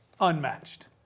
unmatched